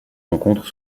rencontre